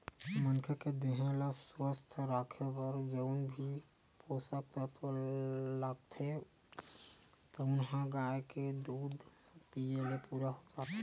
मनखे के देहे ल सुवस्थ राखे बर जउन भी पोसक तत्व लागथे तउन ह गाय के दूद पीए ले पूरा हो जाथे